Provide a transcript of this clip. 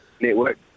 network